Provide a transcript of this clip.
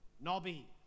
Nobby